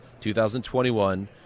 2021